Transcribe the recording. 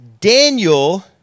Daniel